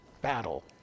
battle